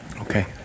Okay